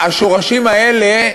השורשים האלה,